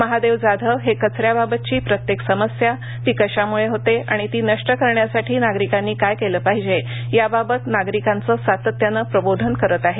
महादेव जाधव हे कचऱ्याबाबतची प्रत्येक समस्या ती कशामुळे होते आणि ती नष्ट करण्यासाठी नागरिकांनी काय केले पाहिजेयाबाबत नागरिकांचं सातत्यानं प्रबोधन करीत आहेत